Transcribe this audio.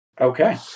okay